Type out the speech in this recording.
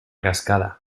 cascada